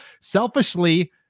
selfishly